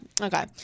Okay